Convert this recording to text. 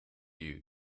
you